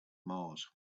mars